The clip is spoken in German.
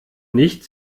nicht